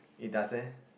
it doesn't